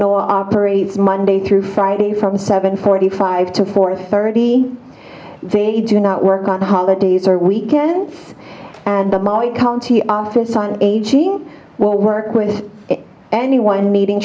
know operates monday through friday from seven forty five to four thirty they do not work on holidays or weekends and the mali county office on aging will work with anyone meeting